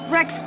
Rex